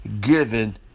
given